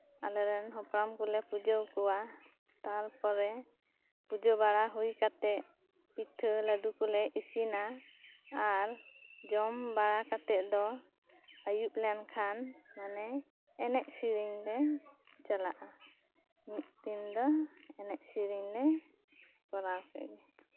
ᱟᱞᱮᱨᱮᱱ ᱦᱟᱯᱲᱟᱢ ᱠᱚᱞᱮ ᱯᱩᱡᱟᱹ ᱟᱠᱚᱣᱟ ᱛᱟᱨᱯᱚᱨᱮ ᱯᱩᱡᱟᱹ ᱵᱟᱲᱟ ᱦᱩᱭ ᱠᱟᱛᱮᱜ ᱯᱤᱴᱷᱟᱹ ᱞᱟᱹᱰᱩ ᱠᱚᱞᱮ ᱤᱥᱤᱱᱟ ᱟᱨ ᱡᱚᱢ ᱵᱟᱲᱟ ᱠᱟᱛᱮᱜ ᱫᱚ ᱟᱹᱭᱩᱵᱽ ᱠᱮᱱᱠᱷᱟᱱ ᱢᱟᱱᱮ ᱮᱱᱮᱡ ᱥᱮᱨᱮᱧ ᱞᱮ ᱪᱟᱞᱟᱜᱼᱟ ᱢᱤᱫ ᱫᱤᱱ ᱫᱚ ᱮᱱᱮᱡ ᱥᱮᱨᱮᱧ ᱞᱮ ᱠᱚᱨᱟᱣ ᱠᱮᱜ ᱜᱮ